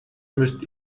müsst